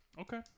Okay